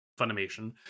Funimation